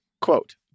Quote